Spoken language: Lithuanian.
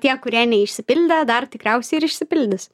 tie kurie neišsipildė dar tikriausiai ir išsipildys